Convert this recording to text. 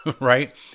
right